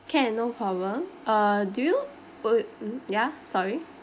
can no problem uh do you would mm ya sorry